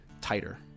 tighter